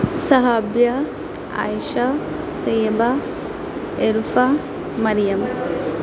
صحابیہ Aisha Tayyaba Arfa Maryam